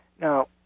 now